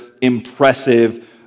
impressive